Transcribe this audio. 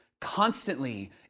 constantly